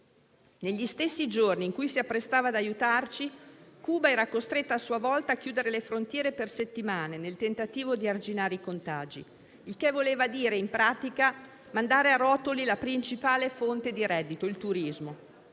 Negli stessi giorni in cui si apprestava ad aiutarci, Cuba era costretta, a sua volta, a chiudere le frontiere per settimane nel tentativo di arginare i contagi. Questo voleva dire, in pratica, mandare a rotoli la principale fonte di reddito: il turismo;